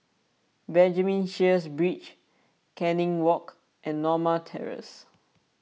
Benjamin Sheares Bridge Canning Walk and Norma Terrace